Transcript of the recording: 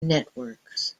networks